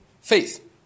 faith